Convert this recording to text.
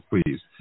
please